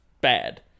bad